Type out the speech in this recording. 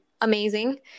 amazing